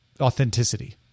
authenticity